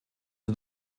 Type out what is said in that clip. der